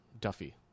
Duffy